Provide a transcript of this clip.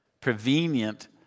Prevenient